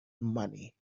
money